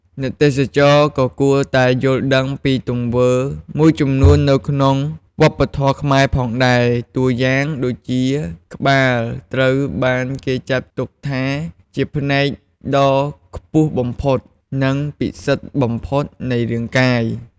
អ្នកទេសចរក៏គួរតែយល់ដឹងពីទង្វើមួយចំនួននៅក្នុងវប្បធម៌ខ្មែរផងដែរ តួយ៉ាងដូចជាក្បាលត្រូវបានគេចាត់ទុកថាជាផ្នែកដ៏ខ្ពស់បំផុត និងពិសិដ្ឋបំផុតនៃរាងកាយ។